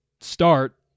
start